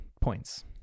points